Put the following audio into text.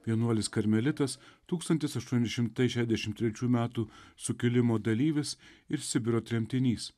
vienuolis karmelitas tūkstantis aštuoni šimtai šešiasdešim trečių metų sukilimo dalyvis ir sibiro tremtinys